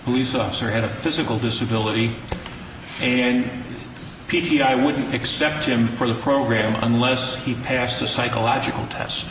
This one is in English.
police officer had a physical disability in p t i wouldn't accept him for the program unless he passed the psychological